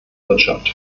wirtschaft